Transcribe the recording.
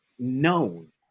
known